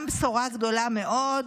גם בשורה גדולה מאוד,